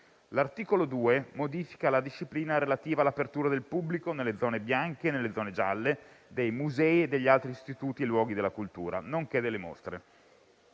L'articolo 2 modifica la disciplina relativa all'apertura al pubblico nelle zone bianche e nelle zone gialle dei musei e degli altri istituti e luoghi della cultura, nonché delle mostre.